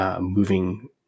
moving